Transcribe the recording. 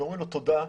ואומרים לו תודה,